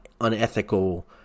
unethical